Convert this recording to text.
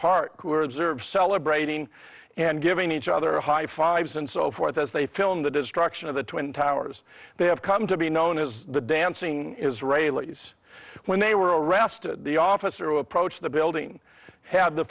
observed celebrating and giving each other high fives and so forth as they filmed the destruction of the twin towers they have come to be known as the dancing israelis when they were arrested the officer who approached the building had the